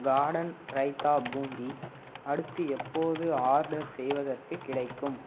garden raita boondi அடுத்து எப்போது order செய்வதற்குக் கிடைக்கும்